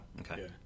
Okay